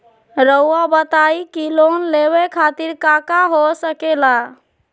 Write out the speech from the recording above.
रउआ बताई की लोन लेवे खातिर काका हो सके ला?